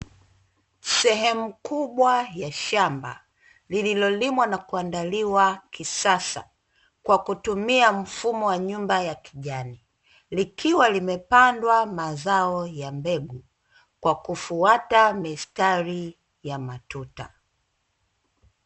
Sehemu kubwa ya shamba lililolimwa na kuandaliwa kisasa kwa kutumia mfumo wa nyumba ya kijani, likiwa limepandwa mazao ya mbegu kwa kufuata mistari ya matuta.